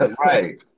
Right